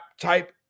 type